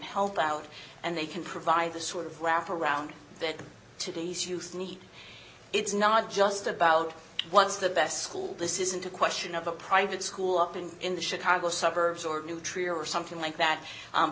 help out and they can provide the sort of wrap around that today's youth need it's not just about what's the best school this isn't a question of a private school of being in the chicago suburbs or nutria or something like that